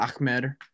Ahmed